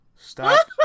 Stop